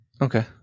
Okay